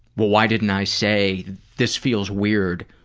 well why didn't i say this feels weird?